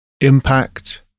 impact